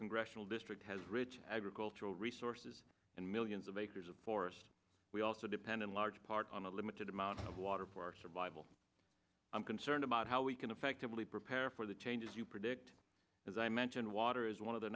congressional district has rich agricultural resources and millions of acres of forest we also depend in large part on a limited amount of water for our survival i'm concerned about how we can effectively prepare for the changes you predict as i mentioned water is one of the